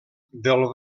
del